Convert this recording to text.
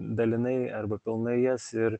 dalinai arba pilnai jas ir